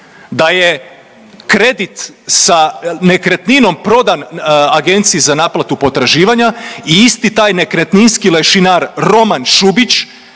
da je kredit sa nekretninom prodan Agenciji za naplatu potraživanja i isti taj nekretninski lešinar Roman Šubić